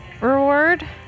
reward